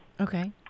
Okay